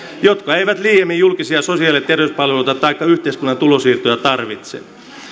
jotka eivät liiemmin julkisia sosiaali ja terveyspalveluja taikka yhteiskunnan tulonsiirtoja tarvitse